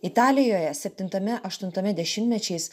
italijoje septintame aštuntame dešimtmečiais